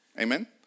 amen